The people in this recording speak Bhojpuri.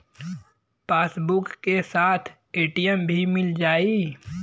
पासबुक के साथ ए.टी.एम भी मील जाई?